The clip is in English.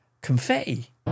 confetti